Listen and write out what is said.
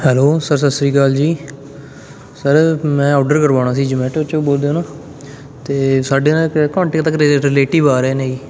hello sir Sat Sri Akal ji sir ਮੈਂ order ਕਰਵਾਉਣਾ ਸੀ ਜੋਮੈਟੋ 'ਚੋਂ ਬੋਲਦੇ ਹੋ ਨਾ ਅਤੇ ਸਾਡੇ ਨਾ ਇੱਕ ਘੰਟੇ ਤੱਕ ਰਿਲੇਟਿਵ ਆ ਰਹੇ ਨੇ ਜੀ